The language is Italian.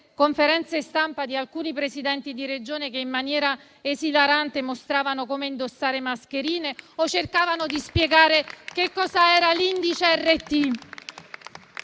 conferenze stampa di alcuni Presidenti di Regione, che in maniera esilarante mostravano come indossare le mascherine o cercavano di spiegare cosa era l'indice RT.